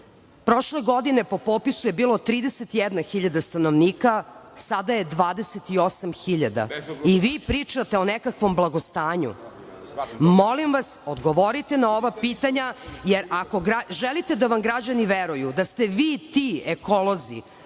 Prošle godine po popisu je bilo 31 hiljada stanovnika, a sada je 28 hiljada i vi pričate o nekakvom blagostanju. Molim vas, odgovorite na ova pitanja, jer ako želite da vam građani veruju, da ste vi ti ekolozi